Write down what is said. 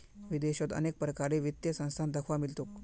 विदेशत अनेक प्रकारेर वित्तीय संस्थान दख्वा मिल तोक